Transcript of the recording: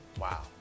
Wow